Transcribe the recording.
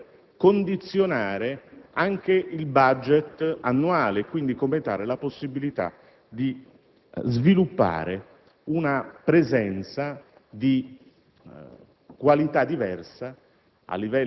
finendo inevitabilmente per condizionare il *budget* annuale e quindi la possibilità di sviluppare una presenza di